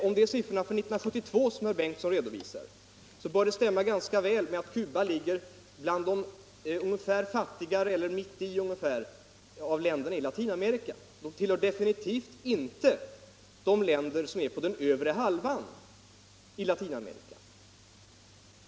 Om det är siffrorna för 1972 som herr Bengtson redovisar, bör det stämma ganska väl att Cuba ligger ungefär i mitten av länderna i Latinamerika och absolut inte på den övre halvan.